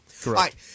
Correct